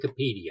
Wikipedia